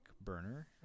burner